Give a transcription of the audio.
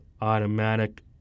automatic